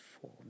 four